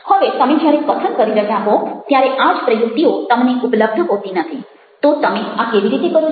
હવે તમે જ્યારે કથન કરી રહ્યા હો ત્યારે આજ પ્રયુક્તિઓ તમને ઉપલબ્ધ હોતી નથી તો તમે આ કેવી રીતે કરો છો